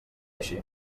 així